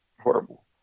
horrible